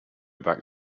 back